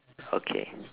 okay